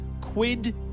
Quid